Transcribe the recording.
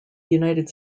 united